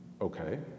okay